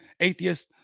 atheist